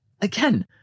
again